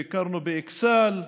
ביקרנו באכסאל,